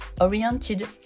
oriented